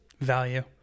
Value